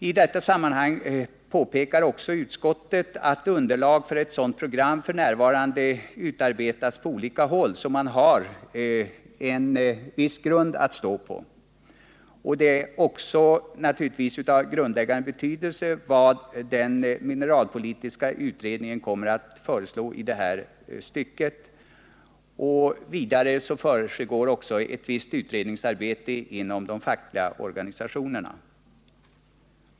I detta sammanhang påpekar också utskottet att underlag för ett sådant program f. n. utarbetas på olika håll. Man har alltså viss grund att stå på. Vad den mineralpolitiska utredningen kommer att föreslå i det här stycket är naturligtvis också av grundläggande betydelse. Vidare försiggår visst utredningsarbete inom de fackliga organisationerna.